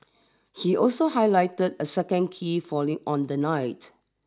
he also highlighted a second key falling on the night